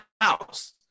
house